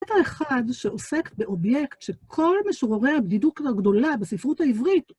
קטע אחד שעוסק באובייקט שכל משוררי הבדידות הגדולה בספרות העברית...